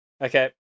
Okay